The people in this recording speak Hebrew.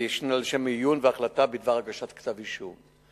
לשם עיון והחלטה בדבר הגשת כתב-אישום.